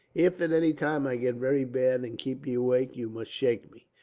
if at any time i get very bad, and keep you awake, you must shake me.